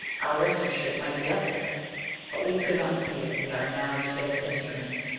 our rescue ship might be up there but we could not see it with our now disabled instruments.